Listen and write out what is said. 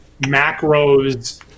macros